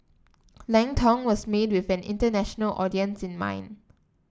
Lang Tong was made with an international audience in mind